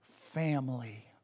family